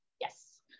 Yes